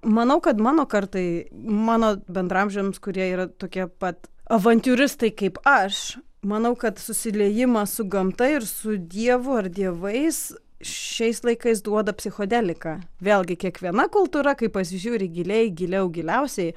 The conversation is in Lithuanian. manau kad mano kartai mano bendraamžiams kurie yra tokie pat avantiūristai kaip aš manau kad susiliejimą su gamta ir su dievu ar dievais šiais laikais duoda psichodelika vėlgi kiekviena kultūra kai pasižiūri giliai giliau giliausiai